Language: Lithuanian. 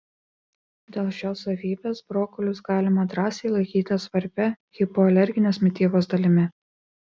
dėl šios savybės brokolius galima drąsiai laikyti svarbia hipoalerginės mitybos dalimi